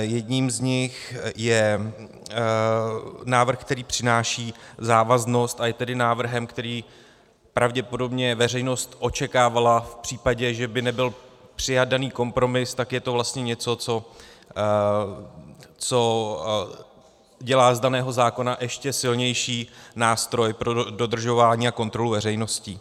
Jedním z nich je návrh, který přináší závaznost, a je tedy návrhem, který pravděpodobně veřejnost očekávala v případě, že by nebyl přijat daný kompromis, tak je to vlastně něco, co dělá z daného zákona ještě silnější nástroj pro dodržování a kontrolu veřejností.